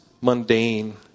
mundane